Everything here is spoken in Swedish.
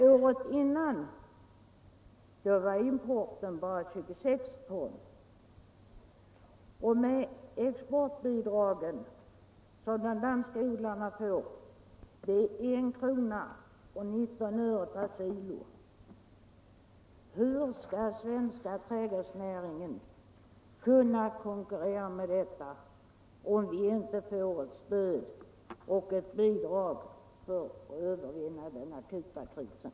Året dessförinnan uppgick motsvarande import till bara 26 ton. De danska odlarna får exportbidrag på 1:19 kr. per kilo. Hur skall den svenska trädgårdsnäringen kunna konkurrera i det läget, om den inte får stöd och bidrag för att övervinna den akuta krisen?